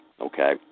okay